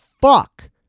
fuck